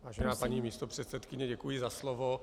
Vážená paní místopředsedkyně, děkuji za slovo.